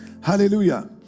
Hallelujah